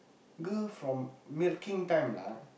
girl from milking time lah